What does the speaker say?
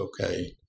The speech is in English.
okay